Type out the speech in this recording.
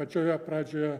pačioje pradžioje